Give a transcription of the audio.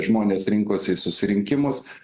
žmonės rinkosi į susirinkimus